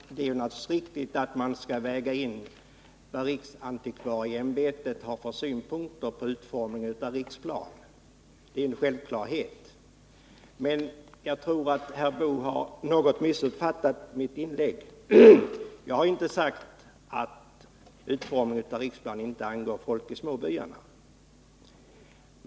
Herr talman! Det är naturligtvis riktigt att man skall väga in vad riksantikvarieämbetet har för synpunkter på utformningen av Riksplan. Det är en självklarhet. Men jag tror att herr Boo har något missuppfattat mitt inlägg. Jag har inte sagt att utformningen av Riksplan inte angår folk i småbyarna.